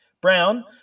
Brown